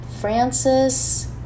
Francis